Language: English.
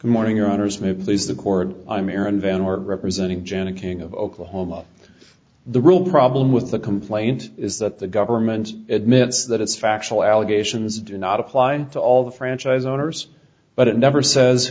the morning honors may please the court i'm arun van wert representing janet king of oklahoma the real problem with the complaint is that the government admits that its factual allegations do not apply to all the franchise owners but it never says